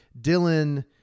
Dylan